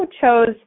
chose